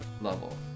Level